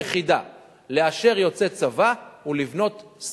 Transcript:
למה הוא לא, ?